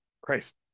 Christ